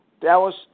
Dallas